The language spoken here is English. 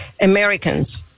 Americans